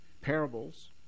Parables